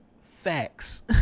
facts